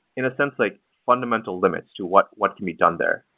in a sense, like fundamental limits to what what can be done there.